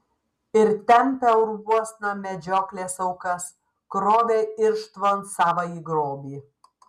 ir tempė urvuosna medžioklės aukas krovė irštvon savąjį grobį